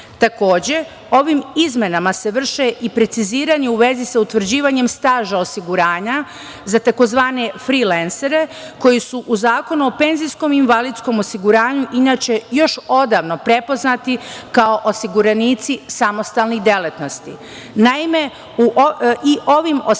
reši. Takođe, ovim izmenama se vrši i preciziranje u vezi sa utvrđivanjem staža osiguranja za tzv. frilensere, koji su u Zakonu o penzijskom i invalidskom osiguranju inače još odavno prepoznati kao osiguranici samostalnih delatnosti. Naime, i ovim osiguranicima